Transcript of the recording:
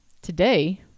Today